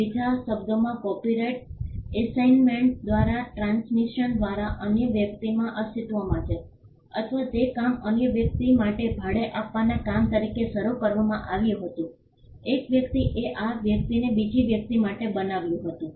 બીજા શબ્દોમાં copyright assignment દ્વારા ટ્રાન્સમિશન દ્વારા અન્ય વ્યક્તિમાં અસ્તિત્વમાં છે અથવા તે કામ અન્ય વ્યક્તિ માટે ભાડે આપવાના કામ તરીકે શરૂ કરવામાં આવ્યું હતું એક વ્યક્તિએ આ વ્યક્તિને બીજી વ્યક્તિ માટે બનાવ્યું હતું